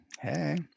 Hey